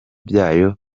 byayo